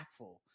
impactful